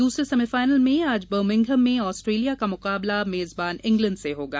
दूसरे सेमीफाइल में आज बर्मिघम में ऑस्ट्रेलिया का मुकाबला मेजबान इंग्लैंड से होगा